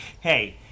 hey